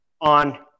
on